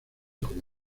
como